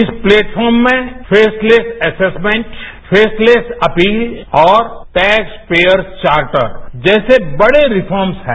इस प्लेटफॉर्म में faceless assessment faceless अपीलऔर टेक्सपेयर चार्टर जैसे बड़े रिफार्मस हैं